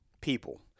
People